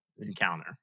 encounter